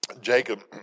Jacob